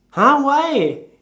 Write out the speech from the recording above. !huh! why